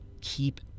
keep